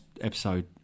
episode